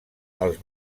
els